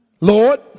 Lord